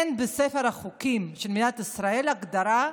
אין בספר החוקים של מדינת ישראל הגדרה: